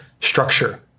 structure